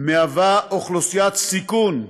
הם אוכלוסיית סיכון,